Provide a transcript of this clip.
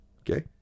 Okay